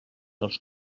dels